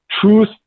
truth